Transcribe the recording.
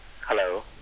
Hello